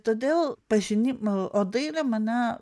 todėl pažinimo o dailė mane